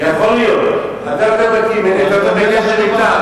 יכול להיות, אתה יותר בקי ממני, אתה מדבר אתם.